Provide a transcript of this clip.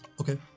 Okay